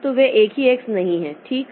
तो वे एक ही एक्स नहीं हैं ठीक